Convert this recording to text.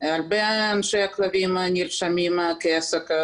הרבה אנשי כלבים נרשמים כעסק,